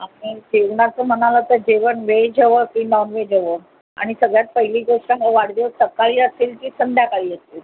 आणि जेवणाचं म्हणालात तर जेवण व्हेज हवं की नॉन व्हेज हवं आणि सगळ्यात पहिली गोष्ट हा वाढदिवस सकाळी असेल की संध्याकाळी असेल